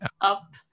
up